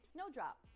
Snowdrop